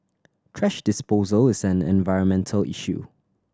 thrash disposal is an environmental issue